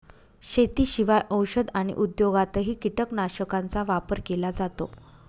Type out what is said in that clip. शेतीशिवाय औषध आणि उद्योगातही कीटकनाशकांचा वापर केला जातो